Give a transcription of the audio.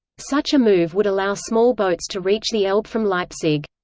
such a move would allow small boats to reach the elbe from leipzig.